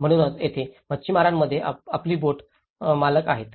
म्हणूनच येथेच मच्छीमारांमध्ये आपली बोट मालक आहेत